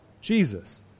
Jesus